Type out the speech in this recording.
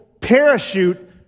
parachute